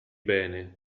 bene